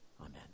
Amen